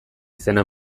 izena